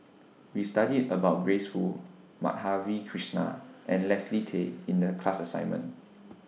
We studied about Grace Fu Madhavi Krishnan and Leslie Tay in The class assignment